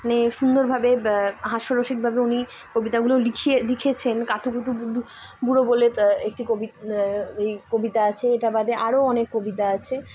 মানে সুন্দরভাবে হাস্যরসিকভাবে উনি কবিতাগুলো লিখিয়ে লিখেছেন কাতুকুতু বুড়ো বলে একটি কবিত এই কবিতা আছে এটা বাদে আরও অনেক কবিতা আছে